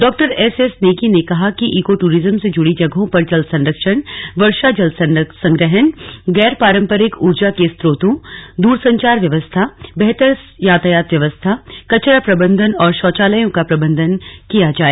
डॉ एसएस नेगी ने कहा कि ईको टूरिज्म से जुड़ी जगहों पर जल संरक्षण वर्षा जल संग्रहण गैर पारम्परिक ऊर्जा के स्रोतों दूरसंचार व्यवस्था बेहतर यातायात व्यवस्था कचरा प्रबन्धन और शौचालयों का प्रबन्ध किया जाए